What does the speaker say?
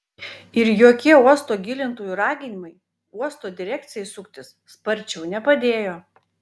ir jokie uosto gilintojų raginimai uosto direkcijai suktis sparčiau nepadėjo